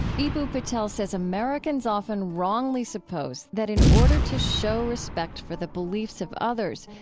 eboo patel says americans often wrongly suppose that in order to show respect for the beliefs of others,